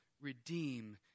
redeem